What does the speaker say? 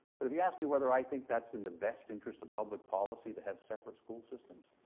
but if you ask me whether i think that's in the best interest of public policy, to have separate school systems,